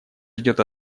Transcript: ждет